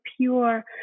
pure